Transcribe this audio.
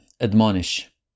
admonish